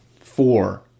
four